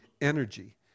energy